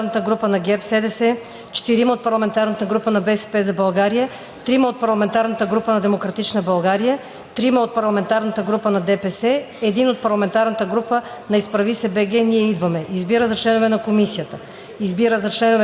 4 от парламентарната група на ГЕРБ-СДС, 3 от парламентарната група на „БСП за България“, 2 от парламентарната група на „Демократична България“, 2 от парламентарната група на ДПС, 1 от парламентарната група на „Изправи се БГ! Ние идваме!“. 2. Избира за членове на Комисията:…